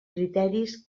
criteris